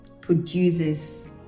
produces